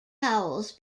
towels